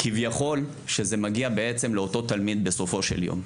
כביכול שזה מגיע בעצם לאותו תלמיד בסופו של יום.